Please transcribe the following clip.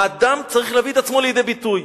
האדם צריך להביא את עצמו לידי ביטוי,